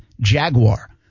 Jaguar